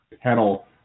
panel